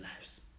lives